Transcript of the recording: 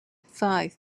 five